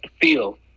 feel